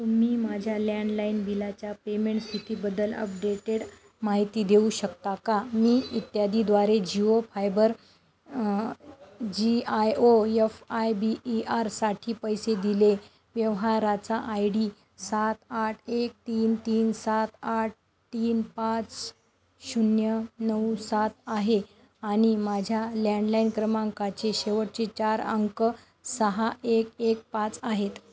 तुम्ही माझ्या लँडलाईन बिलाच्या पेमेंट स्थितीबद्दल अपडेटेड माहिती देऊ शकता का मी इत्यादीद्वारे Jio fibre GIO F I B E आरसाठी पैसे दिले व्यवहाराचा आय डी सात आठ एक तीन तीन सात आठ तीन पाच शून्य नऊ सात आहे आणि माझ्या लँडलाईन क्रमांकाचे शेवटचे चार अंक सहा एक एक पाच आहेत